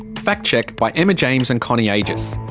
fact check by emma james and connie agius,